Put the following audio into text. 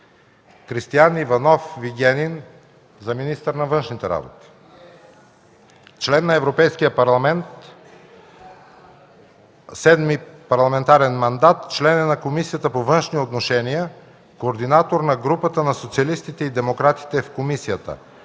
Кристиан Иванов Вигенин – министър на външните работи. Член е на Европейския парламент – седми парламентарен мандат; член е на Комисията по външни отношения, координатор на групата на социалистите и демократите в комисията;